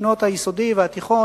בשנות היסודי והתיכון,